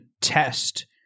test